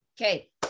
Okay